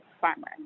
farmer